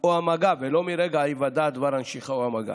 או המגע, ולא מרגע היוודע דבר הנשיכה או המגע.